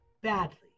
badly